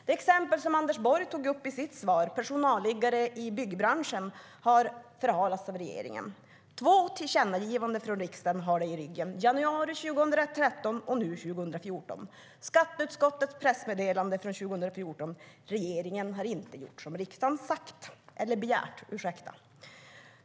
Det exempel som Anders Borg tog upp i sitt svar, personalliggare i byggbranschen, har förhalats av regeringen. Två tillkännagivanden från riksdagen har man i ryggen, från januari 2013 och nu 2014. Skatteutskottets pressmeddelande från 2014 var: Regeringen har inte gjort som riksdagen begärt.